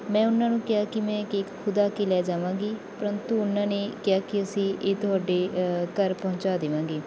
ਮੈਂ ਉਹਨਾਂ ਨੂੰ ਕਿਹਾ ਕਿ ਮੈਂ ਇਹ ਕੇਕ ਖੁਦ ਆ ਕੇ ਲੈ ਜਾਵਾਂਗੀ ਪ੍ਰੰਤੂ ਉਹਨਾਂ ਨੇ ਕਿਹਾ ਕਿ ਅਸੀਂ ਇਹ ਤੁਹਾਡੇ ਘਰ ਪਹੁੰਚਾ ਦੇਵਾਂਗੇ